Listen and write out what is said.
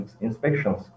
inspections